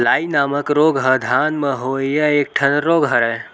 लाई नामक रोग ह धान म होवइया एक ठन रोग हरय